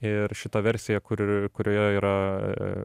ir šita versija kur kurioje yra